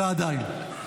--- ועדיין.